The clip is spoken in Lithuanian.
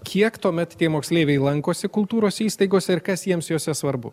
kiek tuomet tie moksleiviai lankosi kultūros įstaigose ir kas jiems jose svarbu